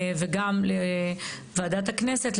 וגם לוועדת הכנסת,